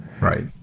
right